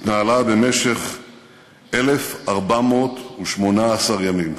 התנהלה במשך 1,418 ימים,